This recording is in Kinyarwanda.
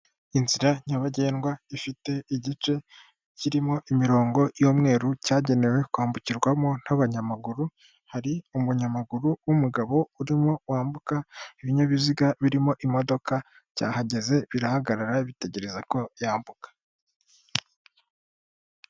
Inzira nyabagendwa ifite igice kirimo imirongo y'umweru, cyagenewe kwambukirwamo n'abanyamaguru, hari umunyamaguru w'umugabo urimo wambuka, ibinyabiziga birimo imodoka, byahageze, birahagarara, bitegereza ko yambuka.